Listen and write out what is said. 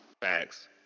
Facts